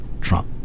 Trump